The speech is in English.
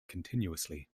continuously